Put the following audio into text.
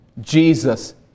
Jesus